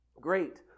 great